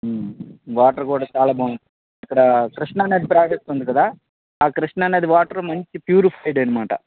water కూడా చాలా బాగుంటుంది ఇక్కడ కృష్ణా నది ప్రవహిస్తుంది కదా ఆ కృష్ణ నది వాటరు మంచి ప్యూరిఫైడ్ అనమాట